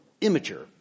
immature